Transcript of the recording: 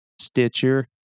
Stitcher